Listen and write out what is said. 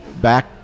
Back